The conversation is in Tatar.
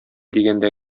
дигәндә